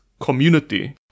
community